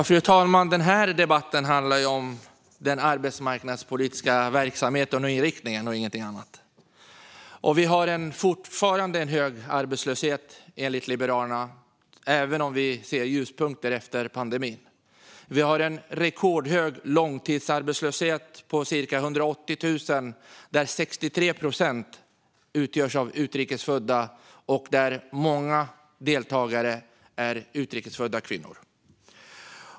Fru talman! Den här debatten handlar om den arbetsmarknadspolitiska verksamheten och inriktningen, ingenting annat. Vi har fortfarande en hög arbetslöshet, enligt Liberalerna, även om vi ser ljuspunkter efter pandemin. Vi har en rekordhög långtidsarbetslöshet på cirka 180 000 personer, där 63 procent utgörs av utrikes födda och där många är utrikes födda kvinnor.